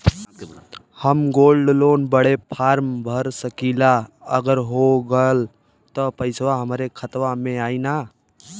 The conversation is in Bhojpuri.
हम गोल्ड लोन बड़े फार्म भर सकी ला का अगर हो गैल त पेसवा हमरे खतवा में आई ना?